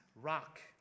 rock